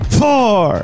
four